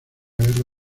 guerra